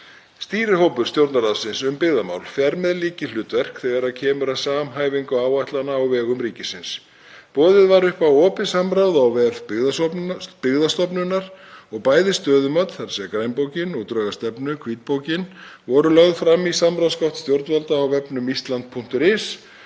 Stýrihópur Stjórnarráðsins um byggðamál fer með lykilhlutverk þegar kemur að samhæfingu áætlana á vegum ríkisins. Boðið var upp á opið samráð á vef Byggðastofnunar og bæði stöðumat, grænbók, og drög að stefnu, hvítbók, voru lögð fram í samráðsgátt stjórnvalda á vefnum island.is